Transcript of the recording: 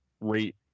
rate